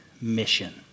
mission